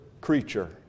creature